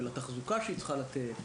לתחזוקה שהיא צריכה לתת,